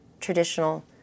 traditional